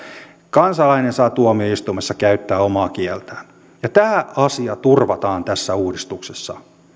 kansalainen saa tuomioistuimessa käyttää omaa kieltään ja tämä asia turvataan tässä uudistuksessa